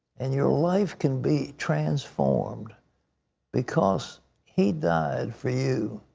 and your life can be transformed because he died for you.